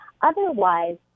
Otherwise